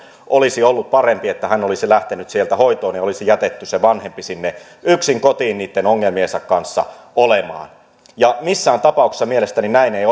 olisi ollut parempi että tämä lapsi olisi lähtenyt sieltä hoitoon ja olisi jätetty se vanhempi sinne yksin kotiin niitten ongelmiensa kanssa olemaan missään tapauksessa mielestäni näin ei